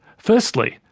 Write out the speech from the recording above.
firstly,